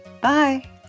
Bye